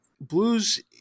blues